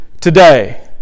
today